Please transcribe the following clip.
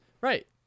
Right